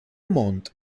montt